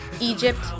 egypt